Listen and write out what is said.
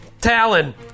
Talon